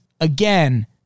again